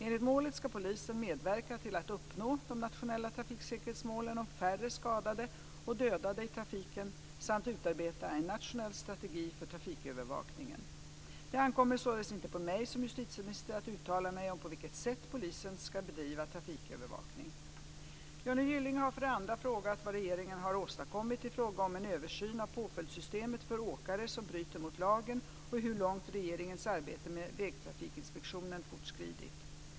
Enligt målet ska polisen medverka till att uppnå de nationella trafiksäkerhetsmålen om färre skadade och dödade i trafiken samt utarbeta en nationell strategi för trafikövervakningen. Det ankommer således inte på mig som justitieminister att uttala mig om på vilket sätt polisen ska bedriva trafikövervakning. Johnny Gylling har för det andra frågat vad regeringen har åstadkommit i fråga om en översyn av påföljdssystemet för åkare som bryter mot lagen och hur långt regeringens arbete med vägtrafikinspektionen fortskridit.